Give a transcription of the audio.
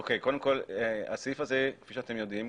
קודם כל הסעיף הזה קיים,